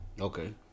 Okay